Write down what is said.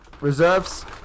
Reserves